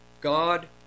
God